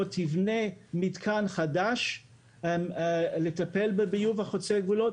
תבנה מתקן חדש לטפל בביוב החוצה גבולות.